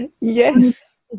yes